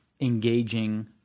engaging